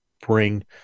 bring